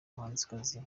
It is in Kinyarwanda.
muhanzikazi